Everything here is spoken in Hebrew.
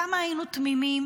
כמה היינו תמימים,